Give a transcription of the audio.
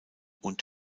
und